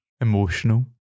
Emotional